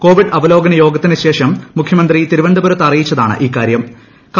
Covid അവലോകനയോഗത്തിനു ശേഷം മുഖ്യമന്ത്രി തിരുവനന്തപുരത്ത് അറിയിച്ചതാണ് ഇത്